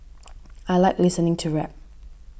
I like listening to rap